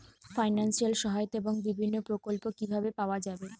Financial সহায়তা এবং বিভিন্ন প্রকল্প কিভাবে পাওয়া যাবে?